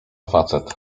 facet